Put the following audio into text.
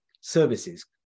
services